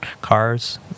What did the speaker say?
cars